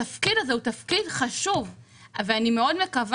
התפקיד הזה הוא תפקיד חשוב ואני מאוד מקווה